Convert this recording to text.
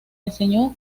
enseñó